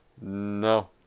No